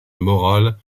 morale